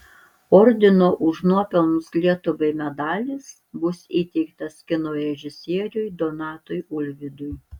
ordino už nuopelnus lietuvai medalis bus įteiktas kino režisieriui donatui ulvydui